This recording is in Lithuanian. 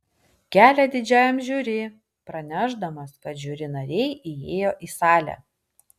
kelią didžiajam žiuri pranešdamas kad žiuri nariai įėjo į salę